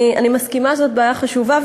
אני מסכימה שזאת בעיה חשובה,